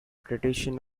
tradition